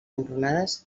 enrunades